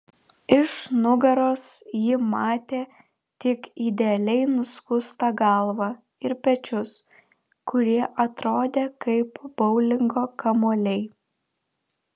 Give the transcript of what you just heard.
iš nugaros ji matė tik idealiai nuskustą galvą ir pečius kurie atrodė kaip boulingo kamuoliai